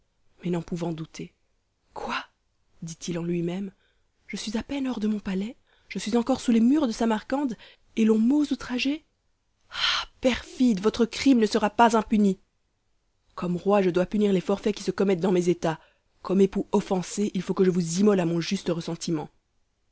mais n'en pouvant douter quoi dit-il en lui-même je suis à peine hors de mon palais je suis encore sous les murs de samarcande et l'on m'ose outrager ah perfide votre crime ne sera pas impuni comme roi je dois punir les forfaits qui se commettent dans mes états comme époux offensé il faut que je vous immole à mon juste ressentiment